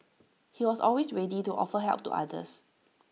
he was always ready to offer help to others